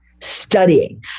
studying